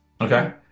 Okay